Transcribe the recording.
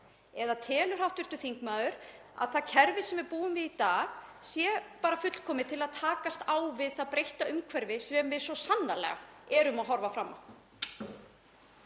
eða telur hv. þingmaður að það kerfi sem við búum við í dag sé bara fullkomið til að takast á við það breytta umhverfi sem við svo sannarlega horfum fram á?